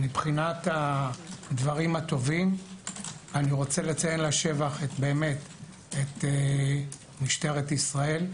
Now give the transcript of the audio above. מבחינת הדברים הטובים אני רוצה לציין לשבח את משטרת ישראל,